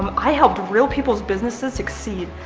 um i helped real people's businesses succeed.